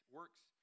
works